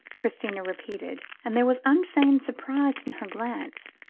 christina repeated, and there was unfeigned surprise in her glance.